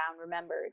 remembered